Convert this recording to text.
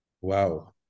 Wow